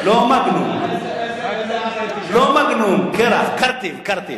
לא "מגנום", קרח, קרטיב.